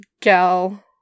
gal